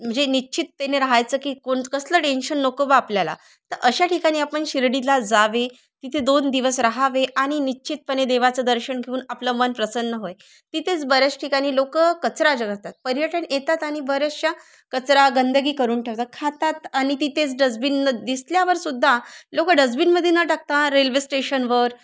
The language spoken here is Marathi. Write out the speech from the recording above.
म्हणजे निश्चित त्याने राहायचं की कोण कसलं टेंशन नको बा आपल्याला तर अशा ठिकाणी आपण शिर्डीला जावे तिथे दोन दिवस राहावे आणि निश्चितपणे देवाचं दर्शन घेऊन आपलं मन प्रसन्न होईल तिथेच बऱ्याच ठिकाणी लोकं कचरा जमवतात पर्यटक येतात आणि बऱ्याचशा कचरा गंदगी करून ठेवतात खातात आणि तिथेच डस्बिन दिसल्यावरसुद्धा लोकं डस्बिनमध्ये न टाकता रेल्वे स्टेशनवर